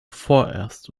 vorerst